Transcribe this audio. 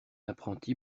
apprenti